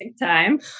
time